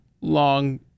long